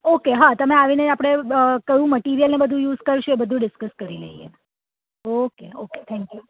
okay હા તમે આવીને આપણે કયું મટિરિયલ ને બધુ યુઝ કરશો એ બધું ડિસકસ કરી લઈએ ઓકે ઓકે થેન્ક યુ